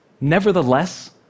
Nevertheless